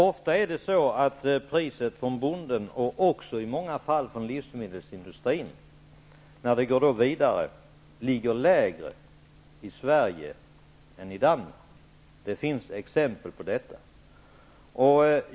Herr talman! Priset från bonden, och också i många fall från livsmedelsindustrin, ligger ofta lägre i Sverige än i Danmark. Det finns exempel på detta.